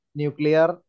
nuclear